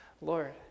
Lord